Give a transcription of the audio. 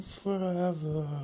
forever